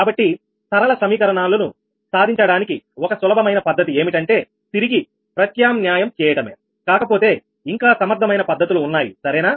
కాబట్టి సరళ సమీకరణాలను సాధించడానికి ఒక సులభమైన పద్ధతి ఏమిటంటే తిరిగి ప్రత్యామ్న్యాయం చేయటమే కాకపోతే ఇంకా సమర్థమైన పద్ధతులు ఉన్నాయి సరేనా